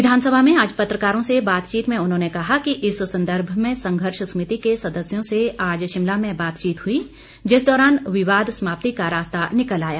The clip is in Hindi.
विधानसभा में आज पत्रकारों से बातचीत में उन्होंने कहा कि इस संदर्भ में संघर्ष समिति के सदस्यों से आज शिमला में बातचीत हुई जिस दौरान विवाद समाप्ति का रास्ता निकल आया